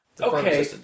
Okay